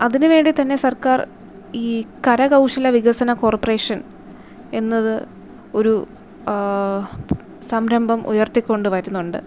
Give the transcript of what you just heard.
അതിന് വേണ്ടി തന്നെ സർക്കാർ ഈ കരകൗശല വികസന കോർപ്പറേഷൻ എന്നത് ഒരു സംരംഭം ഉയർത്തി കൊണ്ട് വരുന്നുണ്ട്